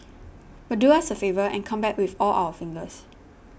but do us a favour and come back with all your fingers